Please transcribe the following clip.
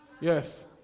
Yes